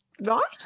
right